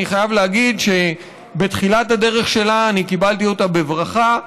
אני חייב להגיד שבתחילת הדרך שלה קיבלתי אותה בברכה,